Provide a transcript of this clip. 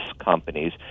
companies